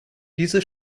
diese